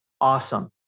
Awesome